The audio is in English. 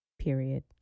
Period